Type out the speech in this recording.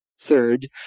third